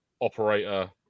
operator